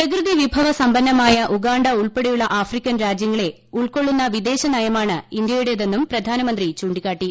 പ്രകൃതി വിഭവ സമ്പന്നമായ ഉഗാണ്ട ഉൾപ്പെടെയുള്ള ആഫ്രിക്കൻ രാജ്യങ്ങളെ ഉൾക്കൊള്ളുന്ന വിദേശനയമാണ് ഇന്തൃയുടേതെന്നും പ്രധാനമന്ത്രി ചൂണ്ടിക്കാട്ടി